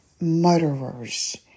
murderers